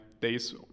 days